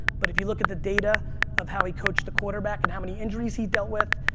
but if you look at the data of how he coached the quarterback and how many injuries he dealt with,